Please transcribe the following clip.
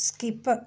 skip